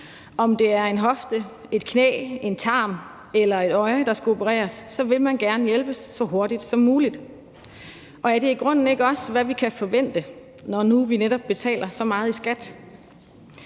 Om det er en hofte, et knæ, en tarm eller et øje, der skal opereres, vil man gerne hjælpes så hurtigt som muligt. Og er det i grunden ikke også, hvad vi kan forvente, når nu vi netop betaler så meget i skat?